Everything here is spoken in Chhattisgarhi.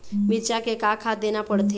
मिरचा मे का खाद देना पड़थे?